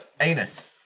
anus